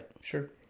sure